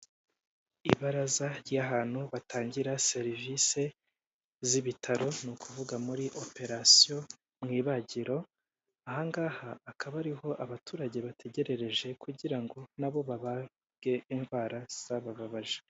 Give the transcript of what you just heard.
Ibaraza ry'ahantu batangira serivise z'ibitaro, ni ukuvuga muri operasiyo, mu ibagiro, ahangaha akaba ari ho abaturage bategerereje, kugira ngo na bo babage indwara zabababaje.